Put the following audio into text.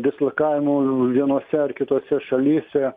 dislokavimų vienose ar kitose šalyse